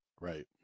Right